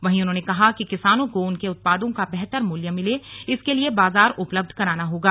वहीं उन्होंने कहा कि किसानो को उनके उत्पादों का बेहतर मूल्य मिले इसके लिए बाजार उपलब्ध कराना होगा